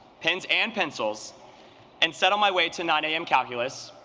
pens and pencils and set on my way to nine a m. calculus,